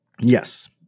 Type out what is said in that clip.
yes